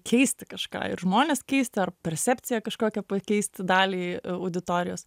keisti kažką ir žmones keisti ar percepciją kažkokią pakeisti daliai auditorijos